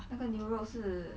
那个牛肉是